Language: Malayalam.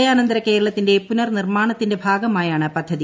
പ്രളയാനന്തര കേരളത്തിന്റെ പുനർനിർമാണത്തിന്റെ ഭാഗമായാണ് പദ്ധതി